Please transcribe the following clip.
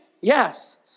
Yes